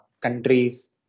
countries